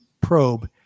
probe